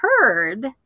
heard